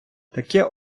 таке